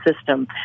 system